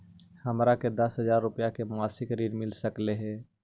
हमरा के दस हजार रुपया के मासिक ऋण मिल सकली हे?